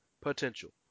potential